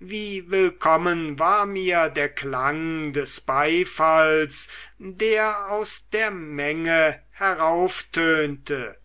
wie willkommen war mir der klang des beifalls der aus der menge herauftönte